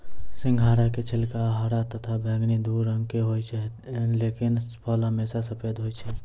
सिंघाड़ा के छिलका हरा तथा बैगनी दू रंग के होय छै लेकिन फल हमेशा सफेद होय छै